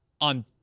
on